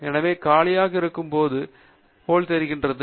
எனவே காலியாக இருக்கும் போது இது போல் தெரிகிறது